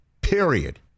Period